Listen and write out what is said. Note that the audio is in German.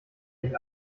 nicht